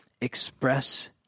express